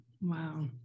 Wow